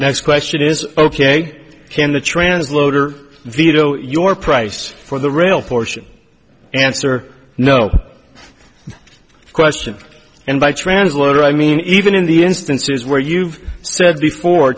next question is ok can the translator veto your price for the real portion answer no question and by translator i mean even in the instances where you've said before